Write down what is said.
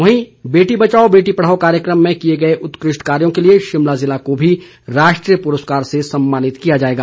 वहीं बेटी बचाओ बेटी पढ़ाओ कार्यक्रम में किए गए उत्कृष्ट कार्यों के लिए शिमला ज़िला को भी राष्ट्रीय पुरस्कार से सम्मानित किया जाएगा